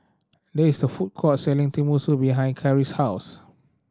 there is a food court selling Tenmusu behind Carri's house